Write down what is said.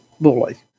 bully